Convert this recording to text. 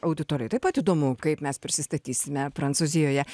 auditorijai taip pat įdomu kaip mes prisistatysime prancūzijoje